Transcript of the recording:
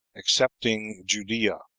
excepting judea.